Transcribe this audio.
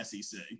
SEC